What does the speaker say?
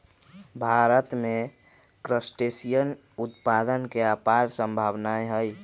भारत में क्रस्टेशियन उत्पादन के अपार सम्भावनाएँ हई